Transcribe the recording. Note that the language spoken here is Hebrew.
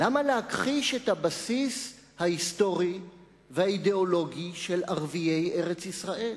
למה להכחיש את הבסיס ההיסטורי והאידיאולוגי של ערביי ארץ-ישראל?